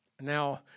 Now